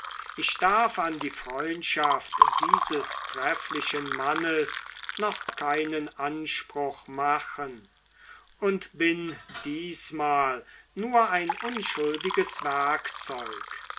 ich darf an die freundschaft dieses trefflichen mannes noch keinen anspruch machen und bin diesmal nur ein unschuldiges werkzeug